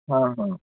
हाँ हाँ